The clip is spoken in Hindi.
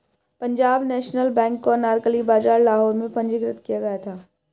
पंजाब नेशनल बैंक को अनारकली बाजार लाहौर में पंजीकृत किया गया था